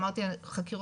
אמרתי על חקירות,